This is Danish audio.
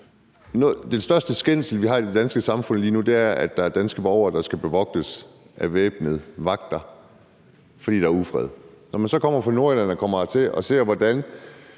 Den største skændsel, vi har i det danske samfund lige nu, er, at der er danske borgere, der skal bevogtes af væbnede vagter, fordi der er ufred. Når man så kommer fra Nordjylland og kommer hertil og ser, hvordan